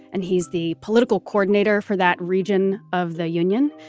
and he's the political coordinator for that region of the union.